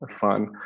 fun